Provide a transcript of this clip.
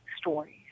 stories